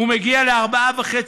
זה מגיע ל-4.5%,